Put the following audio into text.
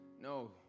no